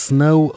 Snow